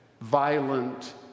violent